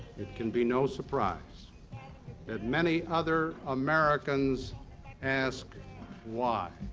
it can be no surprise that many other americans ask why?